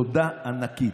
תודה ענקית.